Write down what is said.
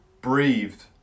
breathed